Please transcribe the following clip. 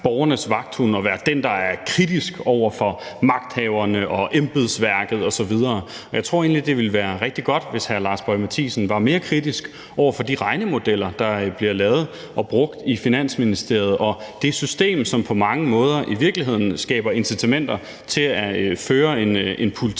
borgernes vagthund og være den, der er kritisk over for magthaverne og embedsværket osv. Men jeg tror egentlig, det ville være rigtig godt, hvis hr. Lars Boje Mathiesen var mere kritisk over for de regnemodeller, der bliver lavet og brugt i Finansministeriet, og det system, som i virkeligheden på mange måder skaber incitamenter til at føre en politik,